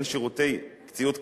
לבין שירותי ציוד קצה,